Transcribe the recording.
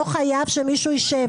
לא חייב שמישהו ישב.